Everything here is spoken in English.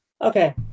okay